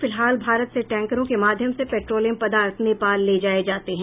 फिलहाल भारत से टैंकरों के माध्यम से पेट्रोलियम पदार्थ नेपाल ले जाये जाते हैं